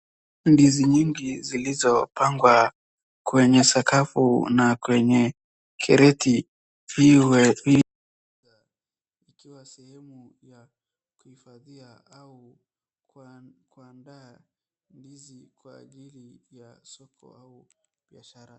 Mandizi nyingi zilizxopangwa kwenye sakafu na kwenye kreti iwe ikiwa sehemu ya kuhifadhia au kuandaa ndizi kwa ajili ya soko au biashara.